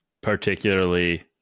particularly